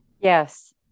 Yes